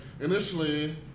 initially